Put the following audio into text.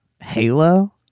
Halo